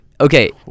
Okay